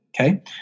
Okay